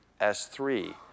S3